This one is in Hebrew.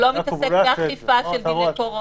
הוא לא מתעסק באכיפה של דיני קורונה.